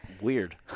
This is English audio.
weird